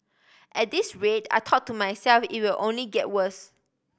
at this rate I thought to myself it will only get worse